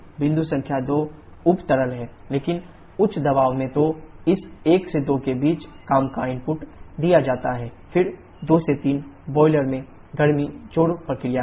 बिंदु संख्या 2 subcooled liquid है लेकिन उच्च दबाव में तो इस 1 2 के बीच काम का इनपुट दिया जाता है फिर 2 3 बॉयलर में गर्मी जोड़ प्रक्रिया है